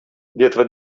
dietro